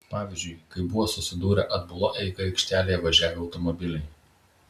pavyzdžiui kai buvo susidūrę atbula eiga aikštelėje važiavę automobiliai